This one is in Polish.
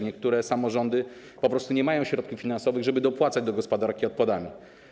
Niektóre samorządy po prostu nie mają środków finansowych, żeby dopłacać do gospodarki odpadami.